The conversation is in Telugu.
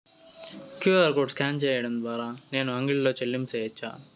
క్యు.ఆర్ కోడ్ స్కాన్ సేయడం ద్వారా నేను అంగడి లో చెల్లింపులు సేయొచ్చా?